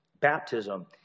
baptism